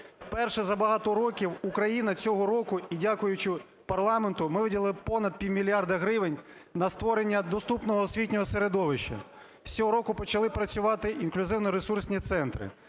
Вперше за багато років Україна цього року, дякуючи парламенту, ми виділили понад півмільярда гривень на створення доступного освітнього середовища. З цього року почали працювати інклюзивно-ресурсні центри,